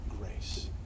grace